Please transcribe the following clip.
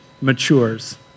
matures